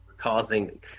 causing